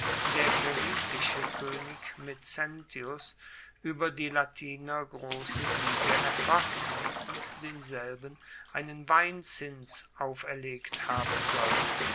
der caeritische koenig mezentius ueber die latiner grosse siege erfochten und denselben einen weinzins auferlegt haben soll